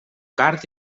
card